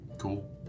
Cool